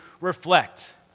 reflect